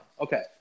Okay